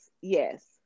yes